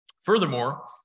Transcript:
Furthermore